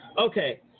Okay